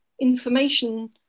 information